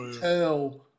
tell